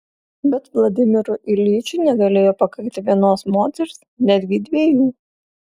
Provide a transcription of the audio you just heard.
bet vladimirui iljičiui negalėjo pakakti vienos moters netgi dviejų